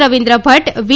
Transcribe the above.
Ravindra Bhatt વી